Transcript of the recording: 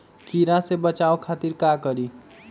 कीरा से बचाओ खातिर का करी?